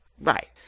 Right